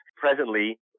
Presently